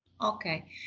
Okay